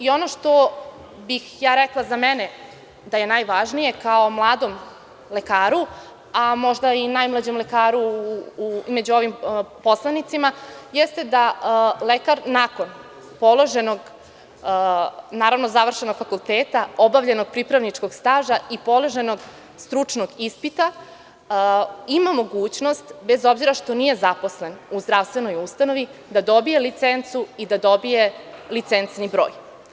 Ono što bih ja rekla za mene da je najvažnije kao mladom lekaru, a možda i najmlađem lekaru među ovim poslanicima, jeste da lekar, nakon završenog fakulteta, obavljenog pripravničkog staža i položenog stručnog ispita, ima mogućnost, bez obzira što nije zaposlen u zdravstvenoj ustanovi, da dobije licencu i da dobije licencni broj.